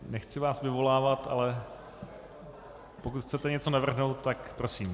Nechci vás vyvolávat, ale pokud chcete něco navrhnout, tak prosím.